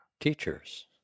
teachers